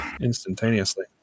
instantaneously